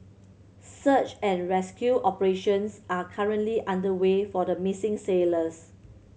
search and rescue operations are currently underway for the missing sailors